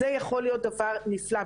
זה יכול להיות דבר נפלא.